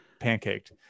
pancaked